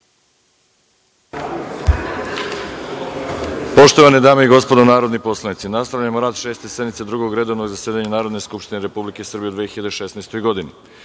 poštovane dame i gospodo narodni poslanici, nastavljamo rad Šeste sednice Drugog redovnog zasedanja Narodne skupštine Republike Srbije u 2016. godini. Na